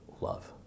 love